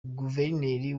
guverineri